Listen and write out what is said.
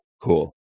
cool